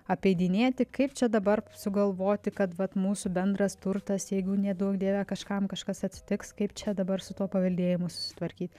apeidinėti kaip čia dabar sugalvoti kad vat mūsų bendras turtas jeigu neduok dieve kažkam kažkas atsitiks kaip čia dabar su tuo paveldėjimu susitvarkyt